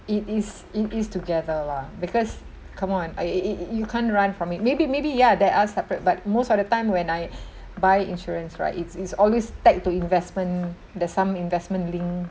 it is it is together lah because come on I it it it you can't run from it maybe maybe ya there are separate but most of the time when I buy insurance right it's it's always tag to investment there's some investment link